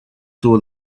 saw